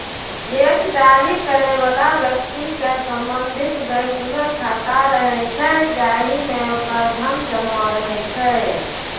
cheque जारी करै बला व्यक्ति के संबंधित बैंक मे खाता रहै छै, जाहि मे ओकर धन जमा रहै छै